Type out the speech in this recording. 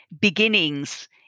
beginnings